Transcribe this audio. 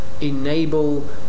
enable